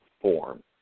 form